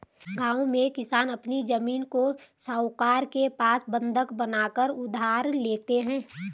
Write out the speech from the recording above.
गांव में किसान अपनी जमीन को साहूकारों के पास बंधक बनाकर उधार लेते हैं